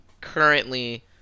currently